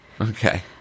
Okay